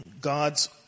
God's